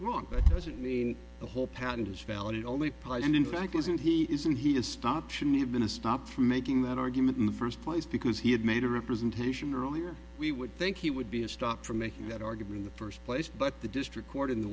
wrong it doesn't mean the whole patent is valid it only played and in fact isn't he isn't he to stop shouldn't have been a stop for making that argument in the first place because he had made a representation earlier we would think he would be a stop for making that argument the first place but the district court in the